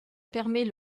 permet